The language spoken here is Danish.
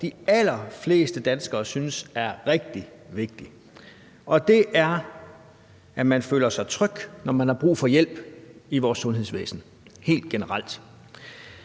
de allerfleste danskere synes er rigtig vigtigt, og det er, at man føler sig tryg, når man har brug for hjælp i vores sundhedsvæsen helt generelt.